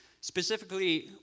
specifically